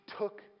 took